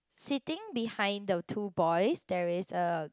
sitting behind the two boys there is a